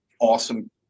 Awesome